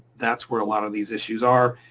that's where a lot of these issues are.